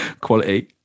quality